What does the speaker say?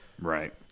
Right